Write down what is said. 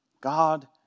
God